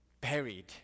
buried